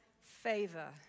favor